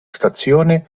stazione